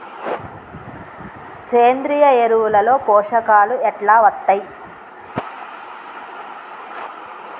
సేంద్రీయ ఎరువుల లో పోషకాలు ఎట్లా వత్తయ్?